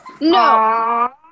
No